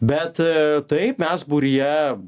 bet taip mes būryje